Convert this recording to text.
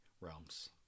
realms